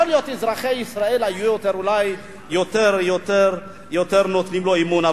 יכול להיות שאזרחי ישראל היו אולי יותר נותנים בו אמון.